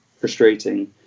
frustrating